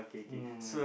mm